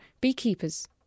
beekeepers